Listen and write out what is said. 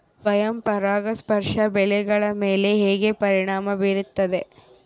ಸ್ವಯಂ ಪರಾಗಸ್ಪರ್ಶ ಬೆಳೆಗಳ ಮೇಲೆ ಹೇಗೆ ಪರಿಣಾಮ ಬೇರುತ್ತದೆ?